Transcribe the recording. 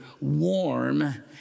warm